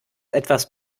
etwas